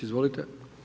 Izvolite.